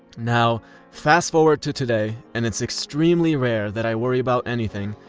now fast forward to today, and it's extremely rare that i worry about anything,